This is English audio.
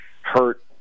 hurt